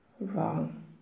Wrong